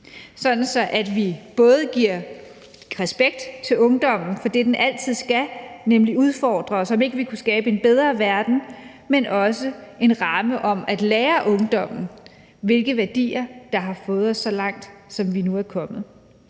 at vi yder ungdommen respekt for det, den altid skal, nemlig at udfordre og spørge, om ikke vi kunne skabe en bedre verden, men også at skabe en ramme om at lære ungdommen, hvilke værdier der har fået os så langt, som vi nu er kommet.